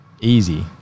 easy